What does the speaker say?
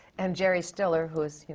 and jerry stiller, who is, you know,